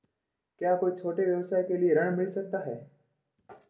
क्या कोई छोटे व्यवसाय के लिए ऋण मिल सकता है?